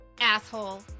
Asshole